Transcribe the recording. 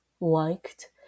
liked